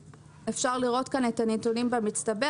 בשקף שמוצג אפשר לראות את הנתונים במצטבר.